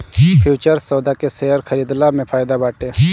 futures सौदा के share खरीदला में फायदा बाटे